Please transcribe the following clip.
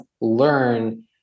learn